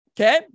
Okay